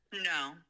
No